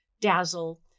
Dazzle